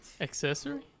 Accessory